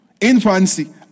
Infancy